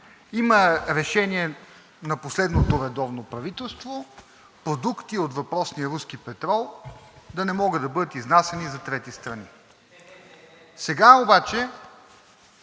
има решение на последното редовно правителство продукти от въпросния руски петрол да не могат да бъдат изнасяни за трети страни. Сега обаче